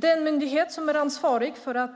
Den myndighet som är ansvarig för